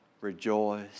rejoice